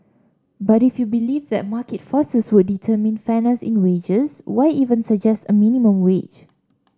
but if you believe that market forces would determine fairness in wages why even suggest a minimum wage